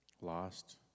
Lost